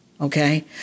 okay